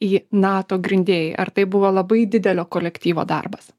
į nato grindėjai ar tai buvo labai didelio kolektyvo darbas